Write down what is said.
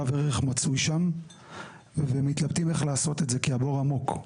רב ערך מצוי שם ומתלבטים איך לעשות את זה כי הבור עמוק.